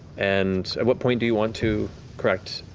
and at what point do you want to correct,